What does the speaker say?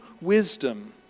wisdom